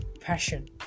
passion